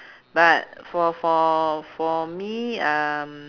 but for for for me um